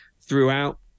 throughout